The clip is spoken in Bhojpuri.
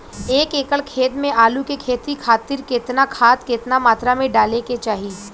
एक एकड़ खेत मे आलू के खेती खातिर केतना खाद केतना मात्रा मे डाले के चाही?